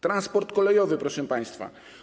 Transport kolejowy, proszę państwa.